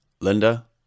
Linda